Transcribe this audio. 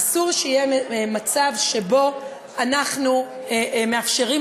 אסור שיהיה מצב שבו אנחנו מאפשרים